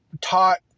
taught